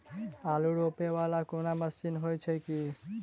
आलु रोपा वला कोनो मशीन हो छैय की?